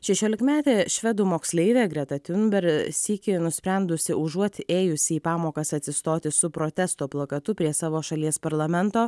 šešiolikmetė švedų moksleivė greta tiunber sykį nusprendusi užuot ėjusi į pamokas atsistoti su protesto plakatu prie savo šalies parlamento